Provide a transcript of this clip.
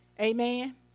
Amen